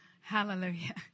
Hallelujah